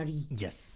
Yes